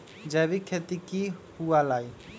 जैविक खेती की हुआ लाई?